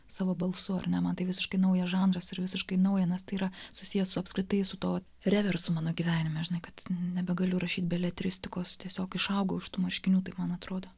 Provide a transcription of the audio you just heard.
savo balsu ar ne man tai visiškai naujas žanras yra visiškai nauja nes tai yra susiję su apskritai su tuo reversu mano gyvenime žinau kad nebegaliu rašyti beletristikos tiesiog išaugau iš tų marškinių taip man atrodo